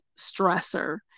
stressor